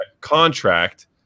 contract